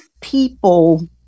people